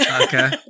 Okay